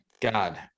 God